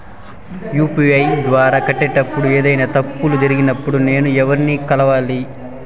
UPI ద్వారా కట్టేటప్పుడు ఏదైనా తప్పులు జరిగినప్పుడు నేను ఎవర్ని కలవాలి?